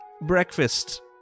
Breakfast